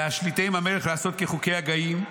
וישליטם המלך לעשות כחוקי הגויים.